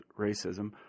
racism